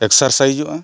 ᱮᱠᱥᱟᱨᱥᱟᱭᱤᱡᱚᱜᱼᱟ